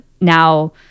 now